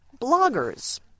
bloggers